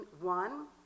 one